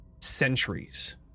centuries